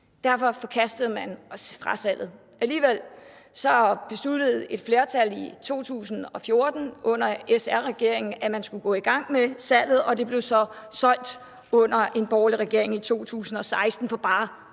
Derfor forkastede man frasalget. Alligevel besluttede et flertal i 2014 under SR-regeringen, at man skulle gå i gang med salget, og det blev så solgt under en borgerlig regering i 2016 for bare